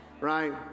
right